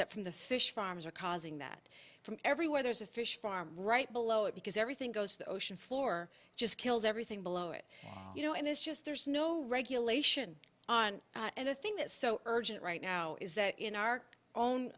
that from the fish farms are causing that from everywhere there's a fish farm right below it because everything goes the ocean floor just kills everything below it you know and it's just there's no regulation on and the thing that's so urgent right now is that in our own